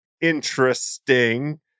interesting